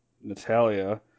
Natalia